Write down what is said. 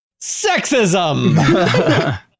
Sexism